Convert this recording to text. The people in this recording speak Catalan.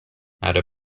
ara